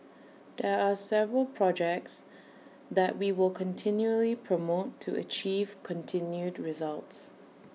there are several projects that we will continually promote to achieve continued results